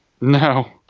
No